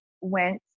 went